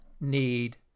need